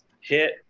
hit